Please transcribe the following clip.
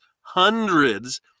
hundreds